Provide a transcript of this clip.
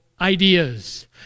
ideas